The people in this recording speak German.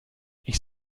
ich